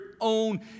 own